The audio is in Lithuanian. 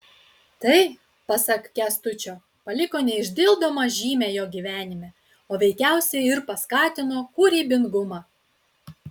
tai pasak kęstučio paliko neišdildomą žymę jo gyvenime o veikiausiai ir paskatino kūrybingumą